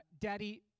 Daddy